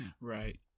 Right